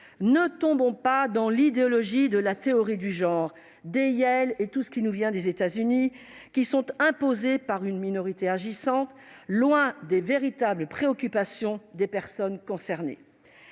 Ne tombons pas dans l'idéologie de la théorie du genre, dans les « iels » et dans tout ce qui vient des États-Unis et qui nous est imposé par une minorité agissante, loin des véritables préoccupations des personnes concernées